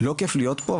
לא כיף להיות פה,